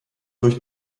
durch